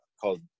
called